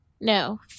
no